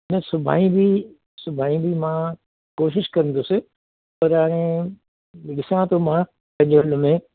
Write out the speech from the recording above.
न सुभाणे बि सुभाणे बि मां कोशिशि कंदुसि पर हाणे ॾिसां थो मां पंहिंजे हुन में